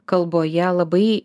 kalboje labai